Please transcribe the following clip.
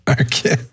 Okay